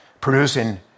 producing